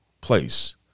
place